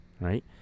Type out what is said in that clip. right